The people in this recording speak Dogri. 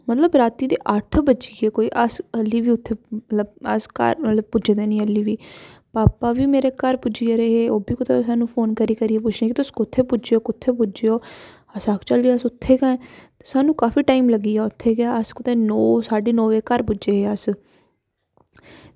मतलब रातीं जदे अट्ठ बज्जी गे ते अस आह्ली बी उत्थें अस घर पुज्जे दे बी निं आह्ली भापा बी मेरे घर पुज्जी गेदे हे ते ओह्बी फोन करी करी पुच्छा दे हे कुत्थें पुज्जे कुत्थें पुज्जे ओह् अच्छा अस उत्थें गै सानूं काफी टाईम लग्गी गेआ उत्थें गै कुतै नौ साड्डे नौ बजे घर पुज्जे अस